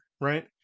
right